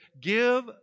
Give